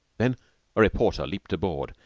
then a reporter leaped aboard,